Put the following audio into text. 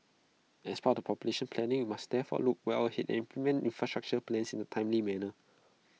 as part population planning we must therefore look well ahead and implement infrastructure plans in A timely manner